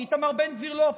כי איתמר בן גביר לא פה: